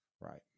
Right